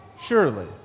Surely